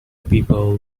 people